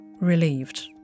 relieved